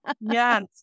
Yes